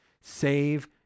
save